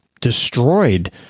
destroyed